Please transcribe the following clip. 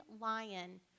lion